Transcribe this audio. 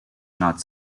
not